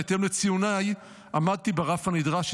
בהתאם לציוניי עמדתי ברף הנדרש,